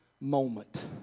moment